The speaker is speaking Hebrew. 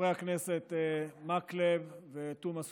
חברי הכנסת מקלב ותומא סלימאן,